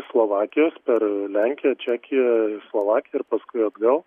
slovakijos per lenkiją čekiją ir slovakiją ir paskui atgal